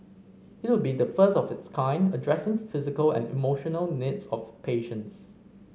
it would be the first of its kind addressing physical and emotional needs of patients